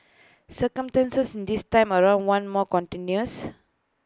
circumstances this time around are more contentious